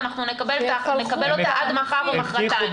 ואנחנו נקבל אותה עד מחר או מוחרתיים.